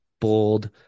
bold